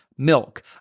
Milk